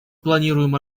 планируем